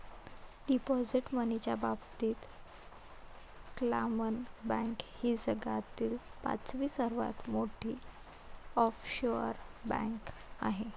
deposit मनीच्या बाबतीत क्लामन बँक ही जगातील पाचवी सर्वात मोठी ऑफशोअर बँक आहे